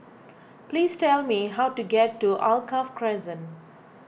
please tell me how to get to Alkaff Crescent